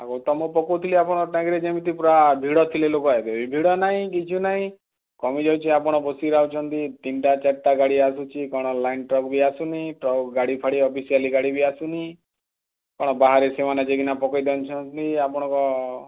ଆଉ ତମ ପକାଉଥିଲି ଆପଣଙ୍କ ଟାଙ୍କିରେ ଯେମିତି ପୁରା ଭିଡ଼ ଥିଲେ ଲୋକବାକ ଭଡ଼ ନାଇଁ କିଛି ନାଇଁ କମିଯାଉଛି ଆପଣ ବସିକି ଆଉଛନ୍ତି ତିନ୍ଟା ଚାରିଟା ଗାଡ଼ି ଆସୁଛି କ'ଣ ଲାଇନ୍ ଟ୍ରକ୍ ବି ଆସୁନି ଟ୍ରକ୍ ଗାଡ଼ିଫାଡ଼ି ଅଫିସିଆଲି ଗାଡ଼ି ବି ଆସୁନି କ'ଣ ବାହାରେ ସେମାନେ ଯାଇଁକିନା ପକେଇ ଦେଉଛନ୍ତି ଆପଣ କ'ଣ